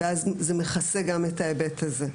ואז זה מכסה גם את ההיבט הזה.